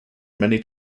many